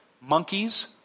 monkeys